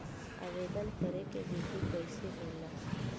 आवेदन करे के विधि कइसे होला?